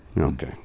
Okay